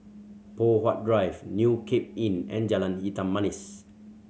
Poh Huat Drive New Cape Inn and Jalan Hitam Manis